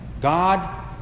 God